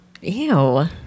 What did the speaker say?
Ew